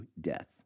death